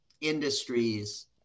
industries